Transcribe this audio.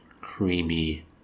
creamy